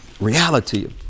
Reality